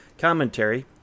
commentary